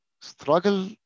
Struggle